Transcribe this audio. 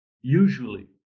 usually